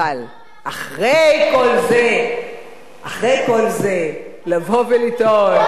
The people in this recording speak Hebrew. אבל אחרי כל זה לבוא ולטעון,